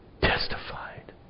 testified